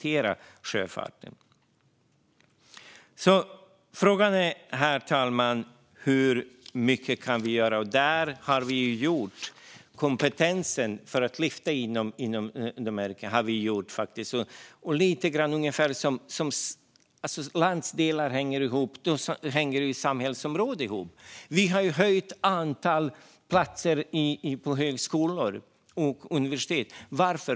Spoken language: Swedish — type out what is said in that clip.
Herr talman! Frågan är hur mycket vi kan göra. Vi har kompetens för att lyfta, och mycket har vi gjort. När landsdelar hänger ihop hänger ett samhällsområde ihop. Vi har ökat antalet platser på högskolor och universitet. Varför?